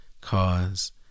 cause